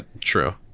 true